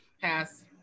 pass